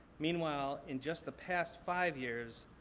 meanwhile, in just the past five years,